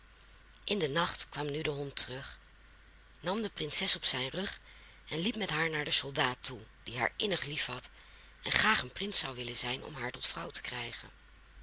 in den nacht kwam nu de hond terug nam de prinses op zijn rug en liep met haar naar den soldaat toe die haar innig liefhad en graag een prins zou willen zijn om haar tot vrouw te krijgen